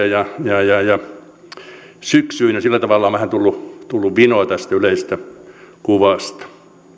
ja syksyyn ja sillä tavalla on tullut tullut vähän vino tästä yleisestä kuvasta